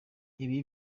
ibi